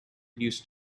used